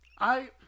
I-